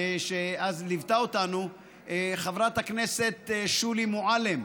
שאז ליוותה אותנו, חברת הכנסת שולי מועלם,